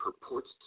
purports